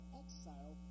exile